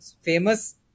famous